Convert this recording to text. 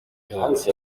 hills